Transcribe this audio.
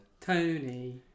Tony